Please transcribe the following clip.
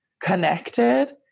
connected